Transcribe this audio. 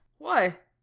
why?